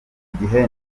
gihe